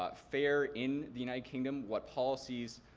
but fare in the united kingdom, what policies